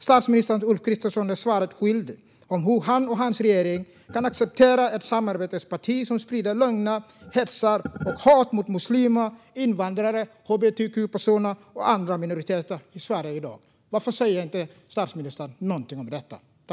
Statsminister Ulf Kristersson är svaret skyldig om hur han och hans regering kan acceptera ett samarbetsparti som sprider lögner, hets och hat mot muslimer, invandrare, hbtq-personer och andra minoriteter i Sverige i dag. Varför säger statsministern inget om detta?